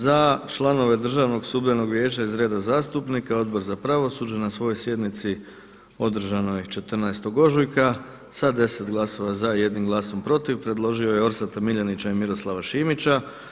Za članove Državnog sudbenog vijeća iz reda zastupnika Odbor za pravosuđe na svojoj sjednici održanoj 14. ožujka sa 10 glasova za i 1 glasom protiv predložio je Orsata Miljenića i Miroslava Šimića.